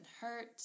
hurt